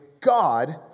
God